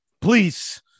Please